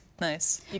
Nice